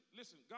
listen